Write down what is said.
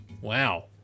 Wow